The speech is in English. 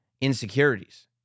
insecurities